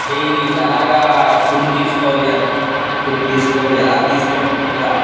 daily ఎలాగా food తీసుకోవాలి ఎంత క్వాంటిటీ ఫుడ్ తీసుకోవాలి ఎలా తీసుకోవాలి అనేది కూడా